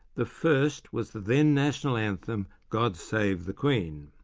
the first was the then national anthem, god save the queen.